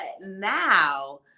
now